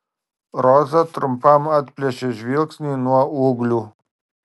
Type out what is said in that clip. roza trumpam atplėšė žvilgsnį nuo ūglių